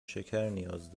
شکرنیاز